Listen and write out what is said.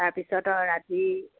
তাৰপিছত ৰাতি